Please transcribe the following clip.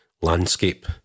landscape